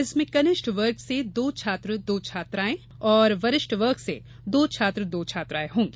इनमें कनिष्ठ वर्ग से दो छात्र दो छात्राएँ तथा वरिष्ठ वर्ग से दो छात्र दो छात्राएँ होंगी